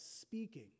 speaking